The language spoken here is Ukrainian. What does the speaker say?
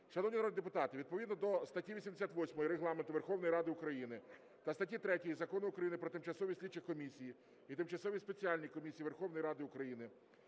Шановні народні депутати, відповідно до статті 88 Регламенту Верховної Ради України та статті 3 Закону України "Про тимчасові слідчі комісії і тимчасові спеціальні комісії Верховної Ради України"